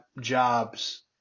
jobs